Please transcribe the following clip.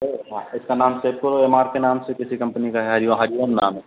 अरे हाँ इसका नाम सेव करो एम आर के नाम से किसी कम्पनी का है नाम है इसका